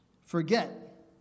forget